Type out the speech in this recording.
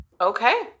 Okay